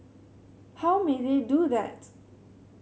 how may they do that